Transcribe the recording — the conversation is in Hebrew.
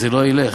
זה לא ילך,